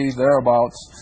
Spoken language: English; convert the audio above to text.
thereabouts